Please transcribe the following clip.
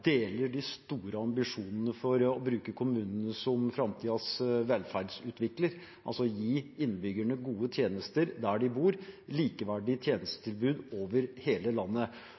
deler de store ambisjonene om å bruke kommunene som framtidens velferdsutviklere, altså gi innbyggerne gode tjenester der de bor, og likeverdige tjenestetilbud over hele landet.